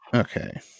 okay